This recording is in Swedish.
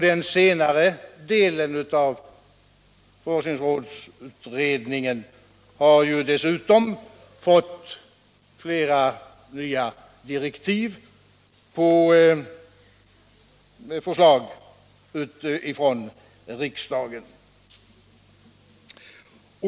Den senare delen av forskningsrådsutredningen har ju dessutom fått flera nya direktiv på förslag från riksdagen.